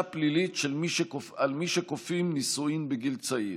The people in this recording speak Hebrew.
פלילית של מי שכופים נישואים בגיל צעיר.